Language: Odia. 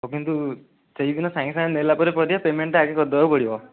ହେଉ କିନ୍ତୁ ସେଇଦିନ ସାଙ୍ଗେ ସାଙ୍ଗେ ନେଲା ପରେ ପରିବା ପେମେଣ୍ଟ୍ଟା ଆଗେ କରିଦେବାକୁ ପଡ଼ିବ